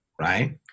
right